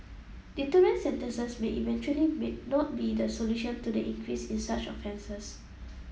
deterrent sentences may eventually may not be the solution to the increase in such offences